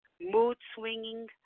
mood-swinging